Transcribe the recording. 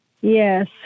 Yes